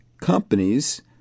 companies